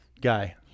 Guy